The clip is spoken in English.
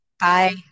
Bye